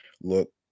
look